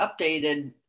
updated